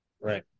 right